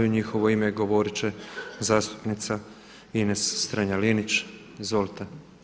U njihovo ime govorit će zastupnica Ines Strenja-Linić, izvolite.